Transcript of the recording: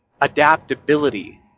adaptability